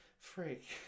Freak